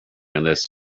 unless